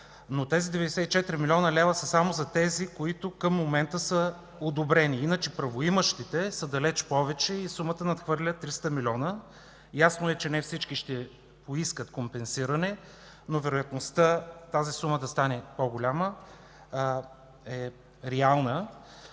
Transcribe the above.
Но тези 94 млн. лв. са само за тези, които към момента са одобрени, иначе правоимащите са далече повече. Сумата надхвърля 300 млн. лв. Ясно е, че не всички ще поискат компенсиране, но вероятността тази сума да стане по-голяма е реална.